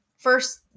First